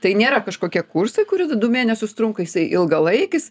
tai nėra kažkokie kursai kurie du mėnesius trunka jisai ilgalaikis